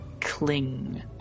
cling